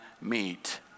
meet